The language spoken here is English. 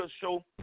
show